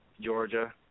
Georgia